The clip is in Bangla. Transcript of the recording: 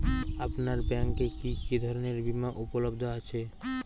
আপনার ব্যাঙ্ক এ কি কি ধরনের বিমা উপলব্ধ আছে?